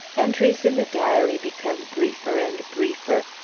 entries in the diary become briefer and briefer,